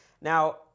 Now